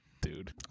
Dude